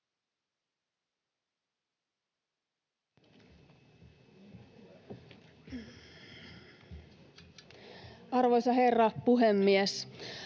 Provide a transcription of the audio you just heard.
Arvoisa herra puhemies!